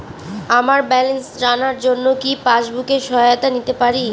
আমার ব্যালেন্স জানার জন্য কি পাসবুকের সহায়তা নিতে পারি?